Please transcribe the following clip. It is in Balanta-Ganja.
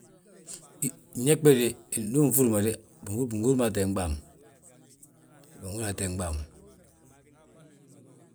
Gñég bége ndu ufúrma dé, bingi húr mo ateengim bàa ma, bihúri a teengim bàa ma.